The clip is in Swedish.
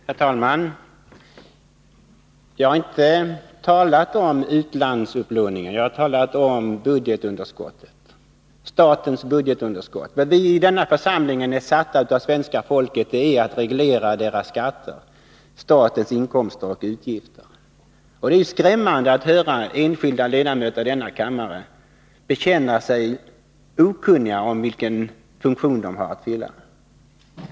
Herr talman! Jag har inte talat om utlandsupplåningen — jag har talat om statens budgetunderskott. Vi i denna församling är tillsatta av svenska folket för att reglera medborgarnas skatter, statens inkomster och utgifter. Det är skrämmande att höra enskilda ledamöter i denna kammare bekänna att de är okunniga om vilken funktion de har att fylla.